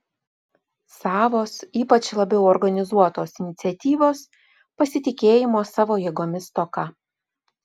savos ypač labiau organizuotos iniciatyvos pasitikėjimo savo jėgomis stoka